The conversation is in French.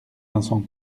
vincent